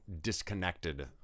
disconnected